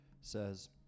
says